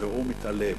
והוא מתעלם.